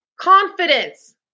Confidence